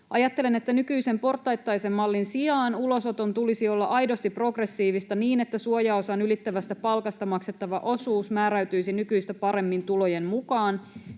Ajattelen, että nykyisen portaittaisen mallin sijaan ulosoton tulisi olla aidosti progressiivista niin, että suojaosan ylittävästä palkasta maksettava osuus määräytyisi nykyistä paremmin tulojen mukaan.